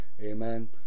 amen